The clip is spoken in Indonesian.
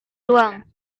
luang